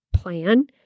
plan